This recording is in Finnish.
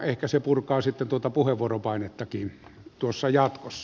ehkä se purkaa sitten puheenvuoropainettakin jatkossa